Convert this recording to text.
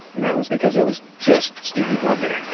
and that was because it was just stevie wonder,